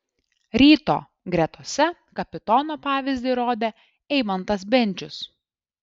ryto gretose kapitono pavyzdį rodė eimantas bendžius